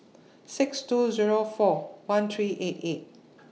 six two Zero four one three eight eight